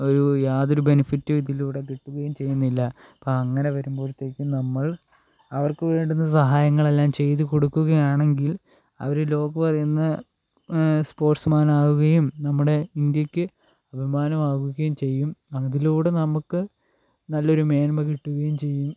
ഒരു യാതൊരു ബെനിഫിറ്റും ഇതിലൂടെ കിട്ടുകയും ചെയ്യുന്നില്ല അപ്പം അങ്ങനെ വരുമ്പോഴത്തെക്കും നമ്മൾ അവർക്ക് വേണ്ടുന്ന സഹായങ്ങളെല്ലാം ചെയ്ത് കൊടുക്കുകയാണെങ്കിൽ അവർ ലോകം അറിയുന്ന സ്പോർട്സ് മാൻ ആവുകയും നമ്മുടെ ഇന്ത്യക്ക് അഭിമാനം ആകുകയും ചെയ്യും അതിലൂടെ നമുക്ക് നല്ലൊരു മേന്മ കിട്ടുകയും ചെയ്യും